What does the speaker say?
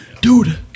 Dude